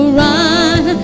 run